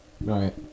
Right